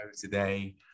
today